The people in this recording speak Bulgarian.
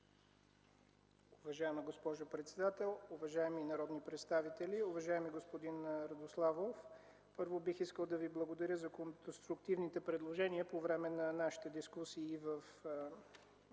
Уважаема госпожо председател, уважаеми народни представители! Уважаеми господин Радославов, първо, бих искал да Ви благодаря за конструктивните предложения по време на нашата дискусия и в